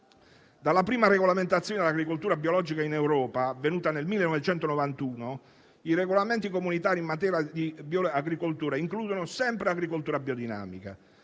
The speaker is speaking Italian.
Dalla prima regolamentazione dell'agricoltura biologica in Europa, avvenuta nel 1991, i regolamenti comunitari in materia di bioagricoltura includono sempre l'agricoltura biodinamica